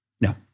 No